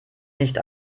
nicht